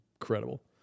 incredible